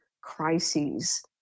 Crises